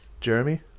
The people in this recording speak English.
Jeremy